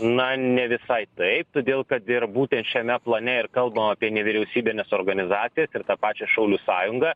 na ne visai taip todėl kad ir būtent šiame plane ir kalbu apie nevyriausybines organizacijas ir tą pačią šaulių sąjungą